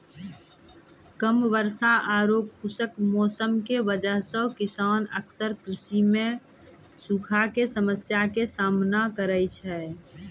कम वर्षा आरो खुश्क मौसम के वजह स किसान अक्सर कृषि मॅ सूखा के समस्या के सामना करै छै